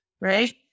Right